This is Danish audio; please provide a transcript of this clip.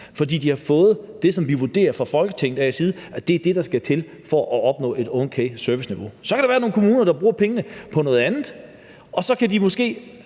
For de har fået det, som vi har vurderet fra Folketingets side er det, der skal til for at opnå et okay serviceniveau. Så kan der være nogle kommuner, der bruger penge få noget andet, og så kan de måske